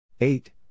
eight